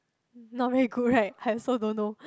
not very good right I also don't know